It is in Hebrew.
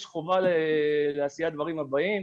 יש חובה לעשות את הדברים הבאים,